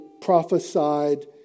prophesied